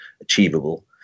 achievable